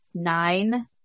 nine